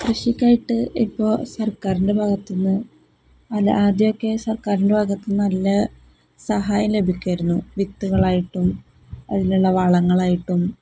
കൃഷിക്കായിട്ട് ഇപ്പോൾ സർക്കാരിൻ്റെ ഭാഗത്ത് നിന്ന് അല്ല ആദ്യമൊക്കെ സർക്കാരിൻ്റെ ഭാഗത്ത് നല്ല സഹായം ലഭിക്കുമായിരുന്നു വിത്തുകളായിട്ടും അതിലുള്ള വളങ്ങളായിട്ടും